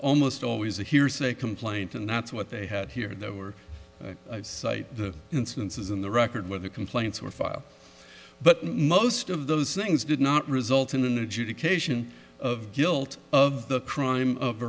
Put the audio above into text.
almost always a hearsay complaint and that's what they had here there were cite the instances in the record where the complaints were filed but most of those things did not result in an adjudication of guilt of the crime of